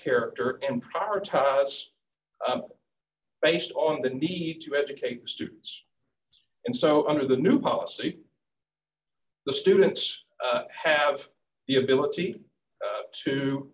character and prioritize based on the deed to educate students and so under the new policy the students have the ability to